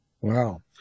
Wow